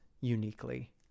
uniquely